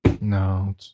No